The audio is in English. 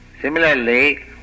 Similarly